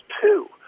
two